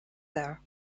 there